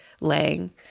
laying